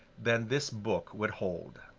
than this book would hold.